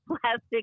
plastic